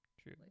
True